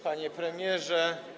Panie Premierze!